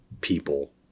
people